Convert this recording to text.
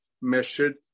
measured